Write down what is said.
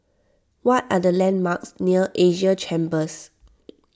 what are the landmarks near Asia Chambers